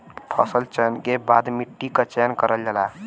फसल चयन के बाद मट्टी क चयन करल जाला